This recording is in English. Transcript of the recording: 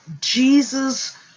Jesus